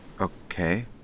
Okay